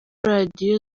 radiyo